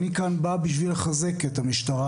אני כאן בא בשביל לחזק את המשטרה,